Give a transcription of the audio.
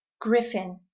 griffin